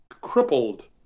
crippled